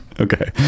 Okay